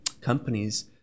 companies